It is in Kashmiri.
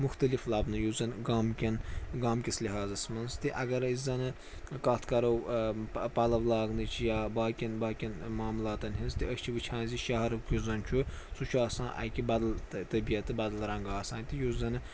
مُختلِف لَبنہٕ یُس زَن گامٕکٮ۪ن گامٕکِس لٮ۪حاظَس منٛز تہِ اگر أسۍ زَنہٕ کَتھ کَرو پَلو لاگنٕچ یا باقیَن باقیَن معاملاتَن ہٕنٛز تہٕ أسۍ چھِ وُچھان زِ شَہرُک یُس زَن چھُ سُہ چھُ آسان اَکہِ بدل طبیعت بدل رَنٛگہٕ آسان تہِ یُس زَنہٕ